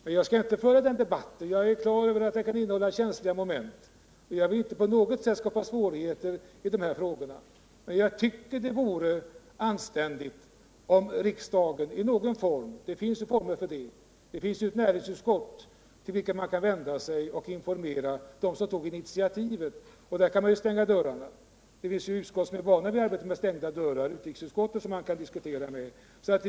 Men jag skall inte föra den debatten, eftersom jag är på det klara med att den frågan kan innehålla känsliga moment, och jag vill inte på något sätt skapa svårigheter i det fallet. Men jag tycker att det vore anständigt om riksdagen i någon form fick ett besked. Regeringen kan exempelvis vända sig till näringsutskottet med en sådan information. Utskottet kan ju stänga dörrarna om sig. Det finns ju utskott som är vana vid arbete bakom stängda dörrar, exempelvis utrikesutskottet.